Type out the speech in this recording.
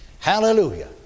hallelujah